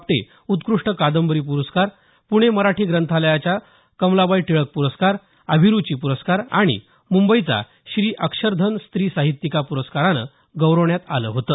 आपटे उत्कृष्ट कादंबरी पुरस्कार पुणे मराठी ग्रंथालयाच्या कमलाबाई टिळक पुरस्कार अभिरुची पुरस्कार आणि मुंबईचा श्री अक्षरधन स्त्री साहित्यिका पुरस्कारानं गौरवण्यात आलं होतं